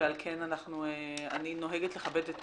ועל כן אני נוהגת לכבד את